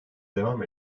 devam